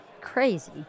crazy